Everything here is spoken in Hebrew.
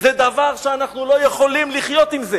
זה דבר שאנחנו לא יכולים לחיות אתו.